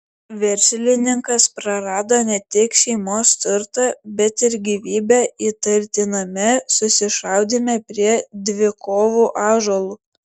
verslininkas prarado ne tik šeimos turtą bet ir gyvybę įtartiname susišaudyme prie dvikovų ąžuolų